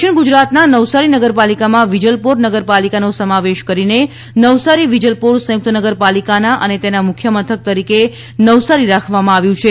દક્ષિણ ગુજરાતના નવસારી નગરપાલિકામાં વિજલપોર નગરપાલિકાનો સમાવેશ કરીને નવસારી વિજલપોર સંયુકત નગરપાલિકાના અને તેના મુખ્યમથક તરીકે નવસારી રાખવામાં આવ્યું છે